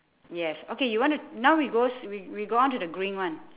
yes okay you want to now we goes we we go on to the green one